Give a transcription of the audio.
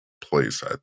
place